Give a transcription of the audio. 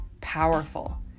powerful